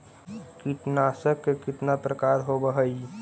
कीटनाशक के कितना प्रकार होव हइ?